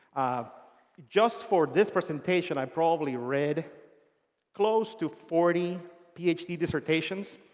just for this presentation, i probably read close to forty ph d. dissertations.